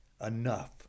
enough